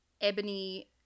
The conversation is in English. Ebony